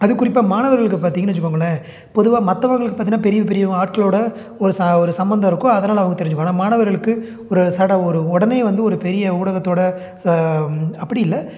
அதுவும் குறிப்பாக மாணவர்களுக்கு பார்த்திங்கன்னு வச்சுக்கோங்களேன் பொதுவாக மற்றவங்களுக்கு பார்த்திங்கனா பெரிய பெரிய ஆட்களோடய ஒரு ச ஒரு சம்மந்தம் இருக்கும் அதனாலே அவங்க தெரிச்சுக்குவாங்க ஆனால் மாணவர்களுக்கு ஒரு சட ஒரு உடனே வந்து ஒரு பெரிய ஊடகத்தோடு ச அப்படி இல்லை